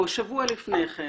שבוע לפני כן